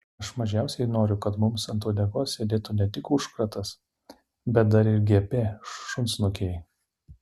aš mažiausiai noriu kad mums ant uodegos sėdėtų ne tik užkratas bet dar ir gp šunsnukiai